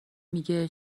میگه